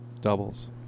doubles